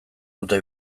dute